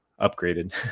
upgraded